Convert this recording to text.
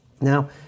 Now